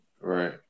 right